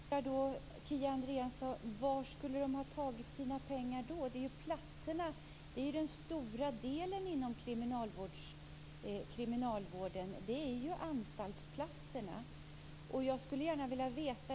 Fru talman! Då undrar jag, Kia Andreasson: Var skulle de ha tagit pengarna? Den stora kostnadsdelen inom kriminalvården är ju anstaltsplatserna.